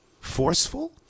forceful